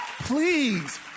please